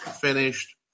finished